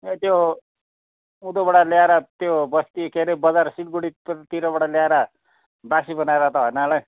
ए त्यो उँधोबाट ल्याएर त्यो बस्ती के अरे बजार सिलगडीतिर बाट ल्याएर बासी बनाएको त होइन होला नि